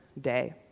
day